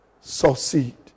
succeed